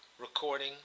Recording